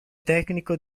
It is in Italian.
tecnico